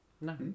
No